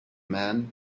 men